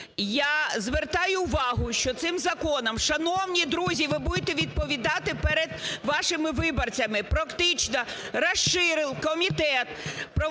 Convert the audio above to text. Я звертаю увагу, що цим законом, шановні друзі, ви буде відповідати перед вашими виборцями. Практично розширив комітет